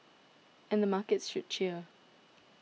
and the markets should cheer